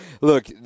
look